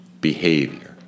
behavior